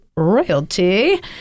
Royalty